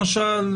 למשל,